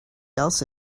else